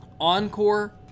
Encore